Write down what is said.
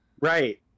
Right